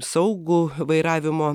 saugų vairavimo